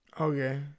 Okay